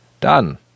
Done